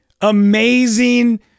amazing